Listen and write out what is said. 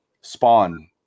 spawn